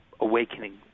awakening